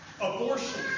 abortion